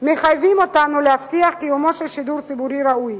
מחייב אותנו להבטיח קיומו של שידור ציבורי ראוי.